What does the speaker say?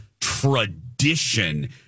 tradition